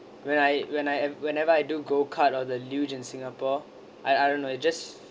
when I when I whenever I do go-kart or the luge in singapore I I don't know it just